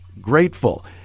grateful